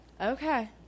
okay